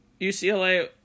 UCLA